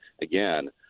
again